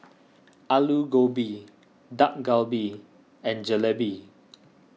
Alu Gobi Dak Galbi and Jalebi